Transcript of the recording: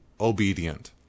obedient